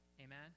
Amen